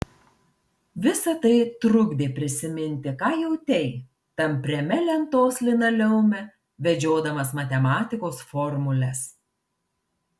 visa tai trukdė prisiminti ką jautei tampriame lentos linoleume vedžiodamas matematikos formules